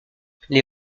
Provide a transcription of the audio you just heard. les